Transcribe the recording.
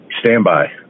Standby